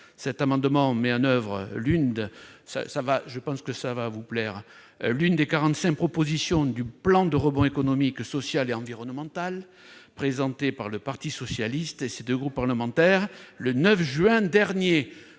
plaire -l'une des quarante-cinq propositions du plan de rebond économique, social et environnemental présenté par le parti socialiste et ses deux groupes parlementaires le 9 juin dernier-